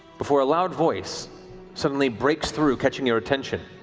before a loud voice suddenly breaks through, catching your attention,